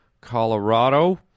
Colorado